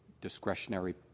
discretionary